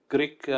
Greek